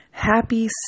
Happy